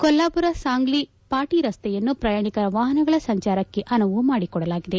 ಕೊಲ್ವಾಪುರ ಸಾಂಗ್ಲಿ ಫಾಟ ರಸ್ತೆಯನ್ನು ಪ್ರಯಾಣಿಕ ವಾಹನಗಳ ಸಂಚಾರಕ್ಕೆ ಅನುವು ಮಾಡಿಕೊಡಲಾಗಿದೆ